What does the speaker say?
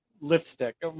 lipstick